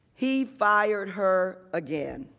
he fired her again.